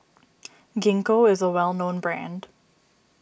Gingko is a well known brand